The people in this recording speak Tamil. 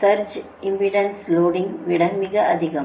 சர்ஜ் இம்பெடன்ஸ் லோடிங் விட மிக அதிகம்